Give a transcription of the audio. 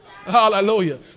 Hallelujah